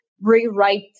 rewrite